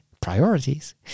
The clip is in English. priorities